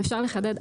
אם אפשר לחדד,